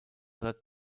oder